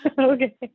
Okay